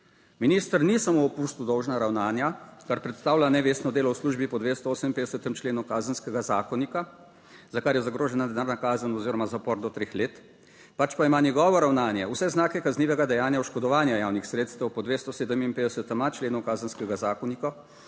Minister ni samo opustil dolžna ravnanja, kar predstavlja nevestno delo v službi po 258. členu Kazenskega zakonika, za kar je zagrožena denarna kazen oziroma zapor do treh let pač pa ima njegovo ravnanje vse znake kaznivega dejanja oškodovanja javnih sredstev po 257.a členu Kazenskega zakonika,